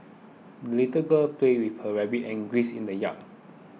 the little girl played with her rabbit and geese in the yard